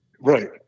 right